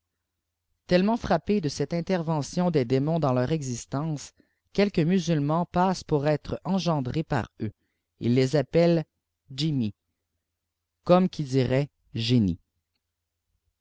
tellement frappés de cette intervention des démons dans leur pf istence quelques musulmans passent our être engendrés par eux ils ies appellent gimi comme qui dirait rie